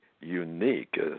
unique